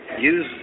use